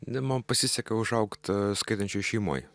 ne man pasisekė užaugt skaitančioj šeimoj